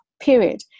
period